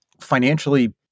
financially